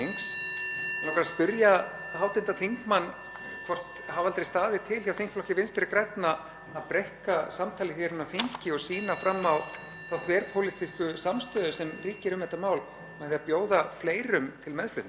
þá þverpólitísku samstöðu sem ríkir um þetta mál með því að bjóða fleirum til meðflutnings?